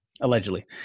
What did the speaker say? allegedly